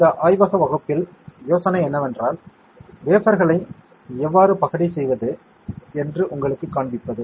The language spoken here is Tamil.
இந்த ஆய்வக வகுப்பில் யோசனை என்னவென்றால் வேஃபர்களை எவ்வாறு பகடை செய்வது என்று உங்களுக்குக் காண்பிப்பது